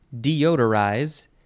deodorize